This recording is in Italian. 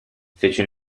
fece